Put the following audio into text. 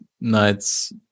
nights